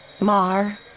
Mar